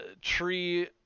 tree